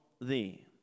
thee